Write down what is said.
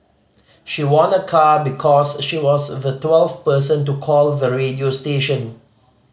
she won a car because she was the twelfth person to call the radio station